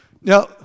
now